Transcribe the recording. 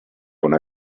una